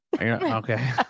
Okay